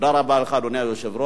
בעד, 10, אין מתנגדים.